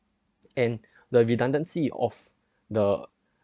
and the redundancy of the